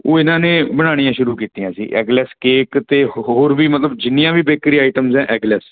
ਉਹ ਇਹਨਾਂ ਨੇ ਬਣਾਉਣੀਆਂ ਸ਼ੁਰੂ ਕੀਤੀਆਂ ਸੀ ਐਗਲੈਸ ਕੇਕ ਅਤੇ ਹੋਰ ਵੀ ਮਤਲਬ ਜਿੰਨੀਆਂ ਵੀ ਬੇਕਰੀ ਆਈਟਮਸ ਹੈ ਐਗਲੈਸ